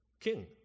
king